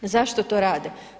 Zašto to rade?